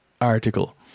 article